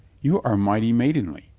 you are mighty maidenly.